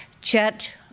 Chet